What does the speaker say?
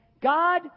God